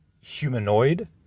humanoid